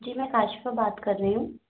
जी मैं काशिफ़ा बात कर रही हूँ